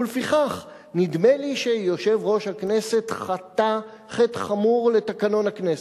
ולפיכך נדמה לי שיושב-ראש הכנסת חטא חטא חמור לתקנון הכנסת.